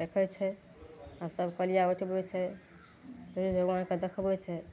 देखय छै आओर सब पलिया उठबय छै सूर्य भगवानके देखबय छै